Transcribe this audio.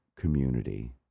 community